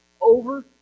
over